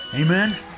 Amen